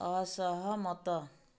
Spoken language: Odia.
ଅସହମତ